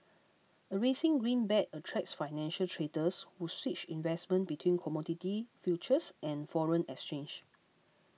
a rising greenback attracts financial traders who switch investments between commodity futures and foreign exchange